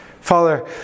Father